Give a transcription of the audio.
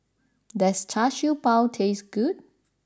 does Char Siew Bao taste good